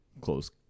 close